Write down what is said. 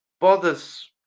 bothers